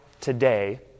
today